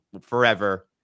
forever